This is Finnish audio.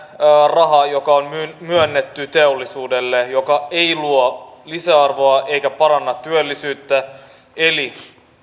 raha joka on myönnetty teollisuudelle ei luo lisäarvoa eikä paranna työllisyyttä eli